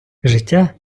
життя